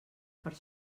per